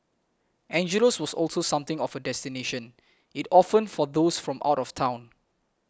Angelo's was also something of a destination it often for those from out of town